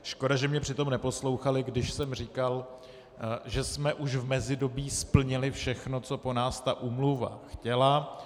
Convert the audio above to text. Škoda, že mě přitom neposlouchali, když jsem říkal, že jsme už v mezidobí splnili všechno, co po nás ta úmluva chtěla.